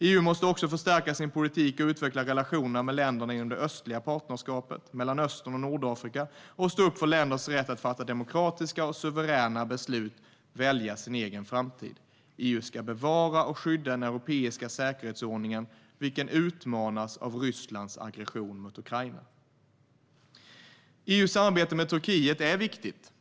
EU måste också förstärka sin politik och utveckla relationerna med länderna inom det östliga partnerskapet, Mellanöstern och Nordafrika och stå upp för länders rätt att fatta demokratiska och suveräna beslut och välja sin egen framtid. EU ska bevara och skydda den europeiska säkerhetsordningen, vilken utmanas av Rysslands aggression mot Ukraina.EU:s samarbete med Turkiet är viktigt.